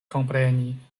kompreni